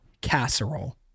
casserole